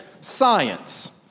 Science